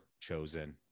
chosen